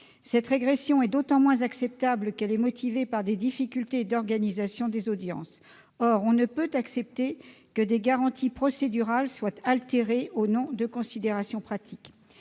La régression proposée est d'autant moins acceptable qu'elle est justifiée par des difficultés d'organisation des audiences. On ne peut accepter que des garanties procédurales soient altérées au nom de considérations pratiques.